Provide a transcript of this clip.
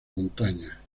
montaña